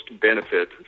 benefit